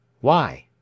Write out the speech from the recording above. Why